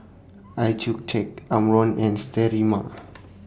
Accucheck Omron and Sterimar